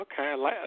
Okay